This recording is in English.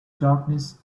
darkness